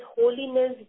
Holiness